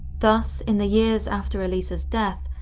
thus, in the years after elisa's death,